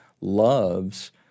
loves